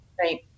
Right